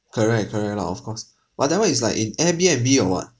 correct correct lor of course whatever it's like in Airbnb or what